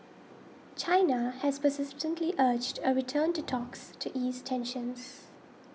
China has persistently urged a return to talks to ease tensions